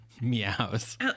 meows